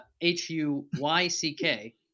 h-u-y-c-k